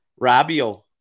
Rabio